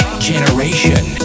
Generation